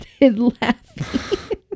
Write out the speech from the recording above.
laughing